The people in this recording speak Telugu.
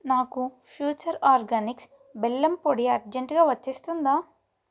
నాకు ఫ్యూచర్ ఆర్గానిక్స్ బెల్లం పొడి అర్జెంటుగా వచ్చేస్తుందా